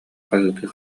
хаһыытыы